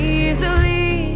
easily